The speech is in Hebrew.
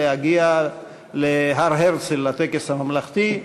להגיע להר-הרצל לטקס הממלכתי.